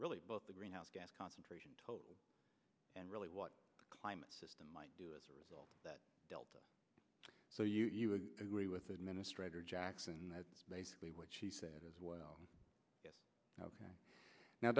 really both the greenhouse gas concentrations and really what the climate system might do as a result of that delta so you would agree with administrator jackson that's basically what she said as well yes ok now